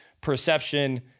perception